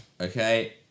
Okay